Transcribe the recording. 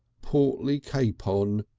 portly capon,